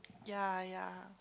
ya ya